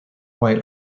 while